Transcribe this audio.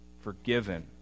forgiven